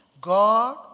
God